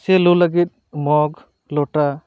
ᱥᱮ ᱞᱩ ᱞᱟᱹᱜᱤᱫ ᱢᱚᱜᱽ ᱞᱚᱴᱟ